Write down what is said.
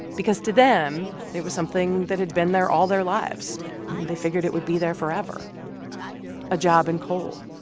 because to them, it was something that had been there all their lives, and they figured it would be there forever a job in coal,